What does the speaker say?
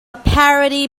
parody